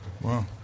Wow